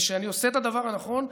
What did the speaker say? ושאני עושה את הדבר הנכון,